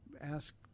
ask